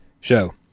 show